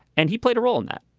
and he played a role in that.